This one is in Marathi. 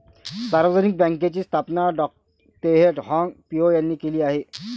सार्वजनिक बँकेची स्थापना डॉ तेह हाँग पिओ यांनी केली आहे